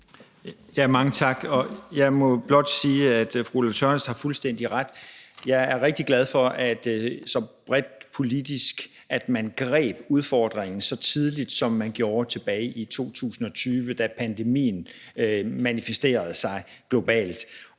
Mange tak. Jeg må blot sige, at fru Ulla Tørnæs har fuldstændig ret. Og jeg er rigtig glad for, at man så bredt politisk greb udfordringen, så tidligt som man gjorde, tilbage i 2020, da pandemien manifesterede sig globalt.